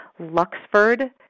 Luxford